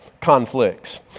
conflicts